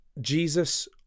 Jesus